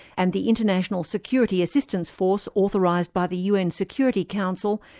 and the international security assistance force authorised by the un security council,